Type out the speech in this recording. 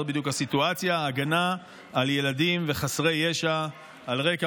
זו בדיוק הסיטואציה: הגנה על ילדים וחסרי ישע על רקע